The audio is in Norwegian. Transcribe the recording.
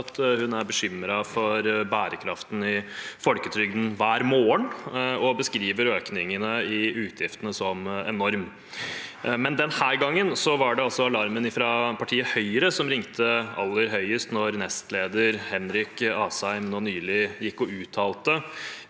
er bekymret for bærekraften i folketrygden, og hun beskriver økningen i utgiftene som enorm. Denne gangen var det imidlertid alarmen fra partiet Høyre som ringte aller høyest, da nestleder Henrik Asheim nylig